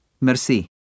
merci